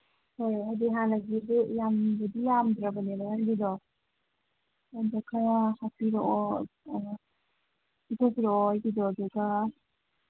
ꯍꯣꯏ ꯍꯥꯏꯗꯤ ꯍꯥꯟꯅꯒꯤꯁꯨ ꯌꯥꯝꯅꯕꯨꯗꯤ ꯌꯥꯝꯗ꯭ꯔꯕꯅꯦꯕ ꯅꯪꯒꯤꯗꯣ ꯑꯗꯣ ꯈꯔ ꯍꯥꯞꯄꯤꯔꯛꯑꯣ ꯄꯤꯊꯣꯛꯄꯤꯔꯛꯑꯣ ꯑꯩꯒꯤꯗꯣ ꯑꯗꯨꯒ